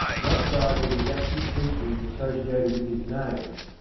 not by the didactic teachings associated with his name,